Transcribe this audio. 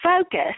focus